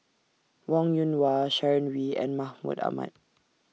Wong Yoon Wah Sharon Wee and Mahmud Ahmad